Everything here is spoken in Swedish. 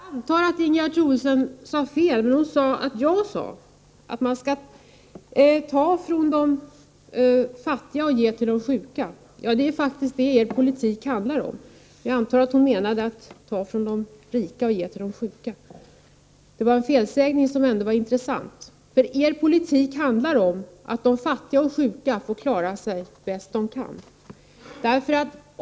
Herr talman! Jag antar att Ingegerd Troedsson sade fel. Hon sade nämligen att jag sade att man skall ta från de fattiga och ge till de sjuka. Ja, det är faktiskt vad er politik handlar om! Jag antar att Ingegerd Troedsson menade att man skall ta från de rika och ge till de sjuka. Det var en felsägning som ändå var intressant. Er politik handlar ju om att de fattiga och sjuka får klara sig bäst de kan.